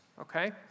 okay